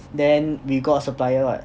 then we got a supplier what